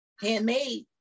handmade